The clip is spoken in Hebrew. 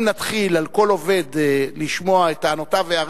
אם נתחיל לשמוע את טענותיו של כל עובד,